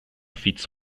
fits